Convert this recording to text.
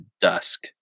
dusk